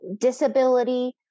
disability